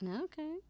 Okay